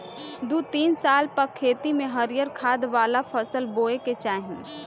दू तीन साल पअ खेत में हरिहर खाद वाला फसल बोए के चाही